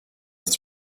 het